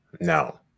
No